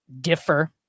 differ